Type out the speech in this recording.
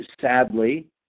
sadly